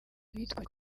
bitwaje